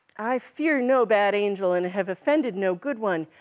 i fear no bad angel, and have offended no good one,